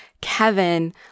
Kevin